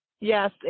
Yes